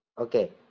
okay